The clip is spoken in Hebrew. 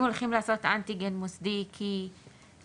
אם הולכים לעשות אנטיגן מוסדי כי נחשפת,